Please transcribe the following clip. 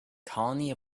colony